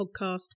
podcast